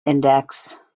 index